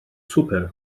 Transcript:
swper